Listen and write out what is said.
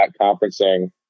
conferencing